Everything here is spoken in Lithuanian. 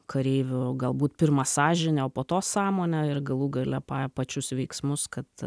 kareivių galbūt pirma sąžinę o po to sąmonę ir galų gale pačius veiksmus kad